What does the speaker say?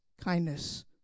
kindness